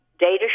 Data